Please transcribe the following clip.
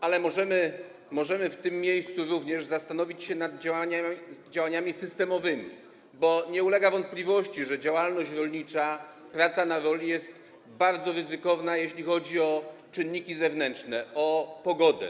Ale możemy w tym miejscu również zastanowić się nad działaniami systemowymi, bo nie ulega wątpliwości, że działalność rolnicza, praca na roli jest bardzo ryzykowna, jeśli chodzi o czynniki zewnętrzne, o pogodę.